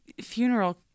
funeral